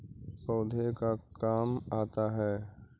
पौधे का काम आता है?